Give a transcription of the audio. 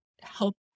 help